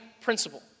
principle